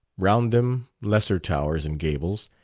round them lesser towers and gables,